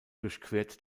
durchquert